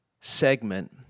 segment